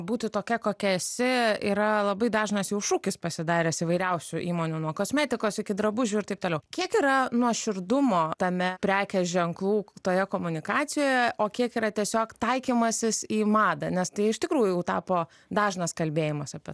būti tokia kokia esi yra labai dažnas jau šūkis pasidaręs įvairiausių įmonių nuo kosmetikos iki drabužių ir taip toliau kiek yra nuoširdumo tame prekės ženklų toje komunikacijoje o kiek yra tiesiog taikymasis į madą nes tai iš tikrųjų jau tapo dažnas kalbėjimas apie